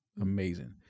Amazing